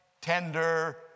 tender